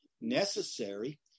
necessary